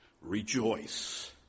Rejoice